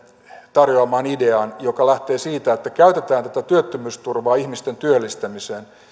tarjoamaan ideaan joka lähtee siitä että käytetään tätä työttömyysturvaa ihmisten työllistämiseen